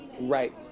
Right